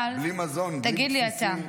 אבל תגיד לי אתה,